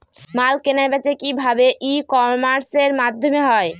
মাল কেনাবেচা কি ভাবে ই কমার্সের মাধ্যমে হয়?